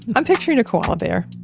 i'm picturing a koala bear.